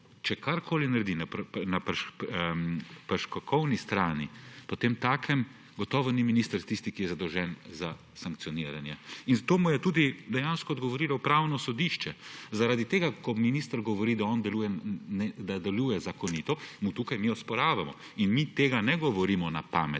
Če karkoli naredi na prekrškovni strani, potemtakem gotovo ni minister tisti, ki je zadolžen za sankcioniranje. In to mu je dejansko odgovorilo tudi Ustavno sodišče. Zaradi tega, ko minister govori, da deluje zakonito, mu tukaj mi osporavamo. Mi tega ne govorimo na pamet,